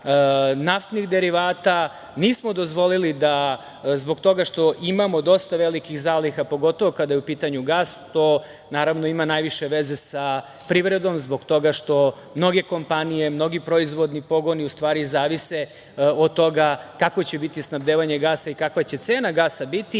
naftnih derivata. Nismo dozvolili da zbog toga što imamo dosta velikih zaliha, pogotovo kada je u pitanju gas, to naravno ima najviše veze sa privredom, zbog toga što mnoge kompanije, mnogi proizvodni pogoni, u stvari zavise od toga kakvo će biti snabdevanje gasa i kakva će cena gasa biti.